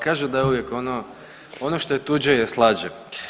Kažu da je uvijek ono što je tuđe je slađe.